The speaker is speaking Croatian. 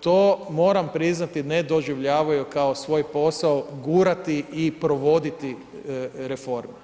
to moram priznati ne doživljavaju kao svoj posao gurati i provoditi reforme.